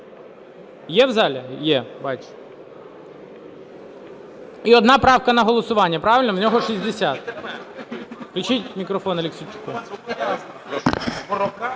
Є в залі? Є, бачу. І одна правка на голосування. Правильно? В нього – шістдесят. Включіть мікрофон Аліксійчуку.